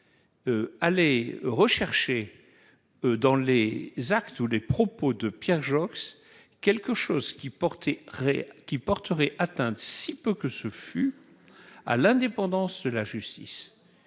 Aller rechercher dans les actes, tous les propos de Pierre Joxe, quelque chose qui portait qui porterait atteinte, si peu que ce fut à l'indépendance de la justice